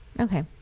Okay